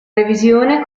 revisione